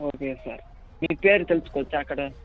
okay sir మీ పేరు తెలుసుకోవచ్చా అక్కడ